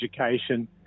education